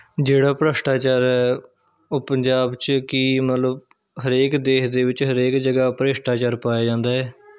ਜਿਹੜਾ ਭ੍ਰਿਸ਼ਟਾਚਾਰ ਹੈ ਉਹ ਪੰਜਾਬ 'ਚ ਕੀ ਮਤਲਬ ਹਰੇਕ ਦੇਸ਼ ਦੇ ਵਿੱਚ ਹਰੇਕ ਜਗ੍ਹਾ ਭ੍ਰਿਸ਼ਟਾਚਾਰ ਪਾਇਆ ਜਾਂਦਾ ਹੈ